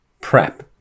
prep